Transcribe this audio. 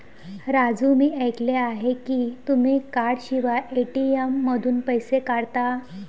राजू मी ऐकले आहे की तुम्ही कार्डशिवाय ए.टी.एम मधून पैसे काढता